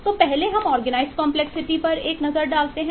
तो पहले हम ऑर्गेनाइजड कंपलेक्सिटी कहा जाता है